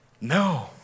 No